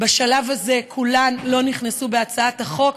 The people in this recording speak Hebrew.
ובשלב הזה כולן לא נכנסו בהצעת החוק.